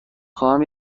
خواهم